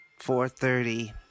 4.30